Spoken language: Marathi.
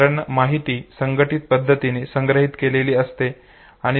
कारण माहिती संघटीत पद्धतीने संग्रहित केलेली असते